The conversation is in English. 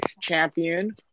champion